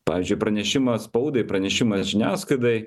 pavyzdžiui pranešimą spaudai pranešimas žiniasklaidai